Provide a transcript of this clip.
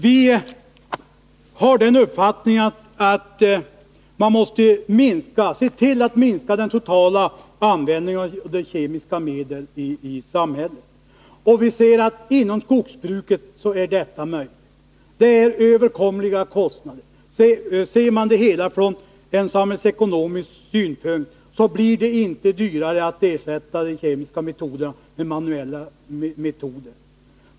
Vi har den uppfattningen att man måste se till att minska den totala användningen av kemiska medel i samhället, och vi säger att inom skogsbruket är detta möjligt. Kostnaderna är överkomliga. Ser man det hela från en samhällsekonomisk synpunkt, blir det inte dyrare att ersätta de kemiska metoderna med manuell röjning.